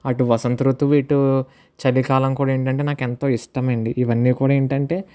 అటు వసంత ఋతువు ఇటు చలికాలం కూడా ఏంటంటే నాకు ఎంతో ఇష్టం అండి ఇవన్నీ కూడా ఏంటంటే